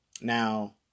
now